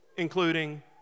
including